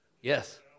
Yes